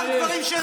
אל תאשים אותי.